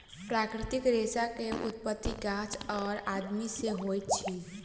प्राकृतिक रेशा के उत्पत्ति गाछ और आदमी से होइत अछि